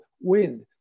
wind